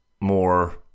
more